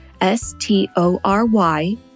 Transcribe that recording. S-T-O-R-Y